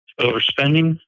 overspending